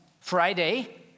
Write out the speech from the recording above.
Friday